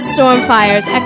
Stormfire's